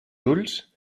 ulls